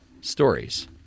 stories